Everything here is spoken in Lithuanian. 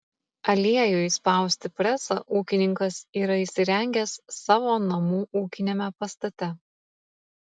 aliejui spausti presą ūkininkas yra įsirengęs savo namų ūkiniame pastate